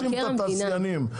אני לא מאשים את התעשיינים.